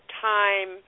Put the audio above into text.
time